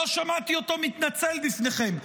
לא שמעתי אותו מתנצל בפניכם.